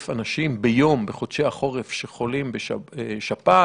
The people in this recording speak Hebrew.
אנשים ביום בחודשי החורף שחולים בשפעת,